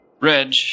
Reg